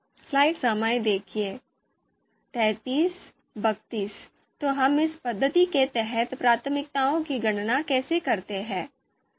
तो हम इस पद्धति के तहत प्राथमिकताओं की गणना कैसे करते हैं